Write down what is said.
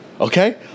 Okay